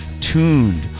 tuned